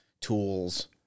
tools